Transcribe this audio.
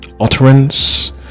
Utterance